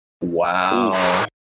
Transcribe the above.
wow